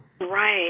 right